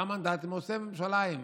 שבעה מנדטים, והוא עושה ממשלה עם